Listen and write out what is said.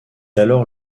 alors